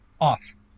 off